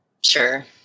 Sure